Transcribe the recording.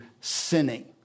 sinning